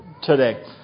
today